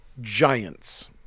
giants